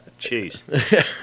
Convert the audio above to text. Jeez